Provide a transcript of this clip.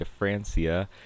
DeFrancia